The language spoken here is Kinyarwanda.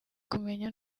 kumenya